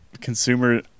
consumer